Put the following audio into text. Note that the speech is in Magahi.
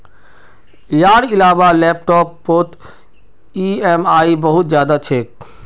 यार इलाबा लैपटॉप पोत ई ऍम आई बहुत ज्यादा छे